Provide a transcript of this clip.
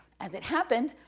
as it happened,